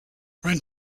rent